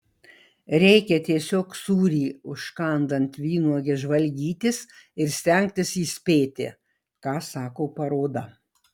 reikia tiesiog sūrį užkandant vynuoge žvalgytis ir stengtis įspėti ką sako paroda